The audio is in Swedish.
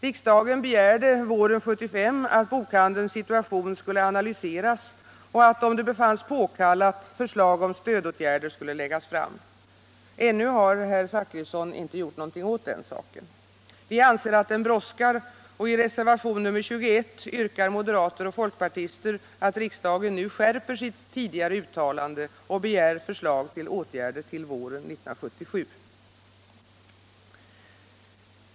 Riksdagen begärde våren 1975 att bokhandelns situation skulle analyseras och att - om det befanns påkallat — förslag om stödåtgärder skulle läggas fram. Ännu har herr Zachrisson inte gjort något åt den saken. Vi anser att den brådskar, och i reservation nr 21 yrkar moderater och folkpartister att riksdagen nu skärper sitt tidigare uttalande och begär förslag till åtgärder ull våren 1977.